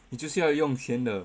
你就是要用钱的